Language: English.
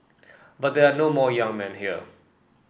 but there are no more young men here